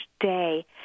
day